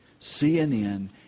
CNN